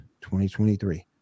2023